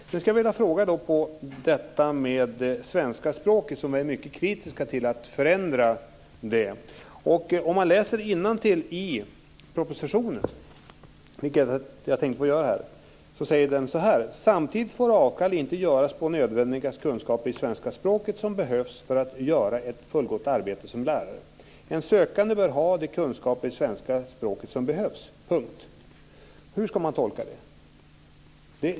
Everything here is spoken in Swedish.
Jag skulle vilja fråga om det här med det svenska språket. Vi är mycket kritiska till att förändra det här. Om man läser innantill i propositionen, vilket jag tänkte få göra här, står det så här: "Samtidigt får avkall inte göras på nödvändiga kunskaper i svenska språket som behövs för att göra ett fullgott arbete som lärare. En sökande bör ha de kunskaper i svenska språket som behövs." Punkt. Hur ska man tolka det?